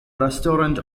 restaurant